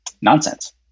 nonsense